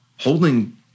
Holding